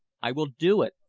i will do it!